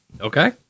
Okay